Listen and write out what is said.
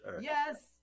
Yes